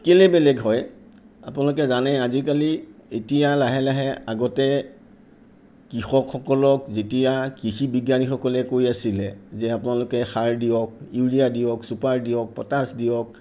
কেলৈ বেলেগ হয় আপোনালোকে জানে আজিকালি এতিয়া লাহে লাহে আগতে কৃষকসকলক যেতিয়া কৃষি বিজ্ঞানীসকলে কৈ আছিলে যে আপোনালোকে সাৰ দিয়ক ইউৰিয়া দিয়ক ছুপাৰ দিয়ক পটাছ দিয়ক